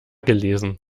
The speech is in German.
gelesen